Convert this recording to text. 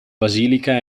basilica